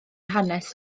hanes